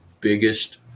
biggest